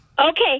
Okay